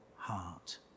heart